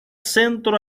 centro